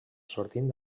sortint